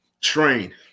train